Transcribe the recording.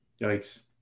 Yikes